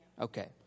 Okay